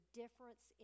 difference